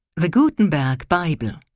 the gutenberg bible.